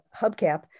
hubcap